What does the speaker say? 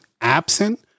absent